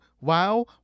wow